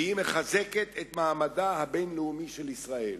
והיא מחזקת את מעמדה הבין-לאומי של ישראל.